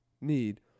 need